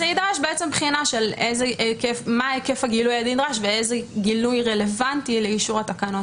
נדרש בעצם מבחינה של מה ההיקף הנדרש ואיזה גילוי רלבנטי לאישור התקנות,